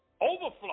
Overflow